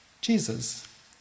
Jesus